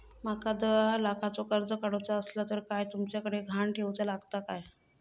माका दहा लाखाचा कर्ज काढूचा असला तर काय तुमच्याकडे ग्हाण ठेवूचा लागात काय?